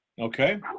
Okay